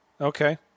Okay